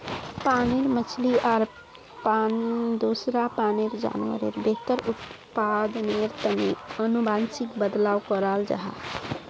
पानीर मछली आर दूसरा पानीर जान्वारेर बेहतर उत्पदानेर तने अनुवांशिक बदलाव कराल जाहा